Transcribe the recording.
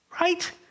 Right